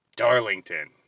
Darlington